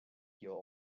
your